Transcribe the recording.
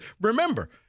Remember